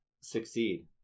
succeed